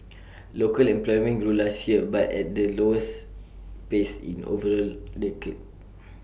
local employment grew last year but at the slowest pace in over A decade